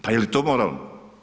Pa je li to moralno?